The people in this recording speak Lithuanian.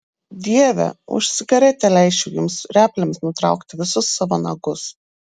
dieve už cigaretę leisčiau jums replėmis nutraukti visus savo nagus